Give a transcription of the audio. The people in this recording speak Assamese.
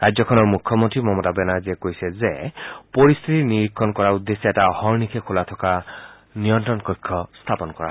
ৰাজ্যখনৰ মূখ্যমন্ত্ৰী মমতা বেনাৰ্জীয়ে কৈছে যে পৰিস্থিতি নিৰীক্ষণ কৰাৰ উদ্দেশ্যে এটা অৰ্হনিশে খোলা থকা নিয়ন্ত্ৰণ কক্ষ স্থাপন কৰা হৈছে